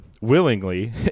willingly